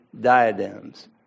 diadems